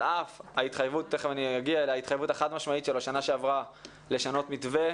על אף ההתחייבות החד משמעית של השנה שעברה לשנות מתווה